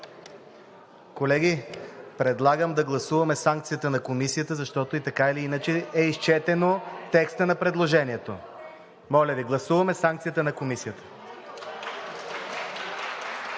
Колеги, предлагам да гласуваме санкцията на Комисията, защото така или иначе е изчетен текстът на предложението. Моля Ви, гласуваме санкцията на Комисията.